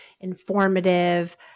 informative